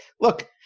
Look